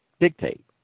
dictate